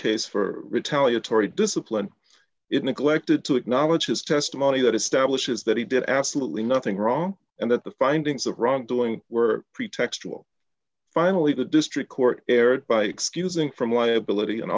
case for retaliatory discipline it neglected to acknowledge his testimony that establishes that he did absolutely nothing wrong and that the findings of wrongdoing were pretextual finally the district court erred by excusing from liability an